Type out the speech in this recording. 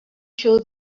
show